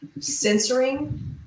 censoring